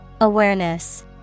Awareness